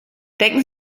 denken